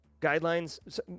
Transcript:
guidelines